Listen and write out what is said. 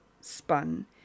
spun